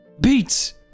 Beats